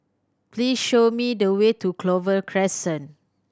please show me the way to Clover Crescent